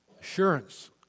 Assurance